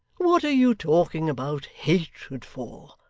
what are you talking about hatred for?